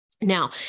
Now